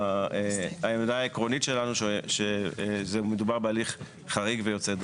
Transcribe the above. העמדה העקרונית שלנו שמדובר בהליך חריג ויוצא דופן.